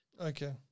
Okay